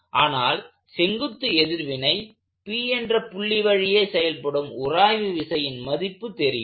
ஆனால் செங்குத்து எதிர்வினை P என்ற புள்ளி வழியே செயல்படும் உராய்வு விசையின் மதிப்பு தெரியும்